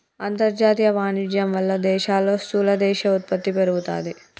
అంతర్జాతీయ వాణిజ్యం వాళ్ళ దేశాల్లో స్థూల దేశీయ ఉత్పత్తి పెరుగుతాది